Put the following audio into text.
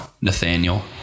Nathaniel